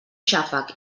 xàfec